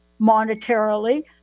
monetarily